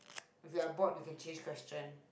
okay I bored you can change question